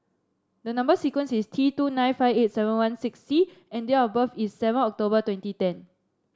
the number sequence is T two nine five eight seven one six C and date of birth is seven October twenty ten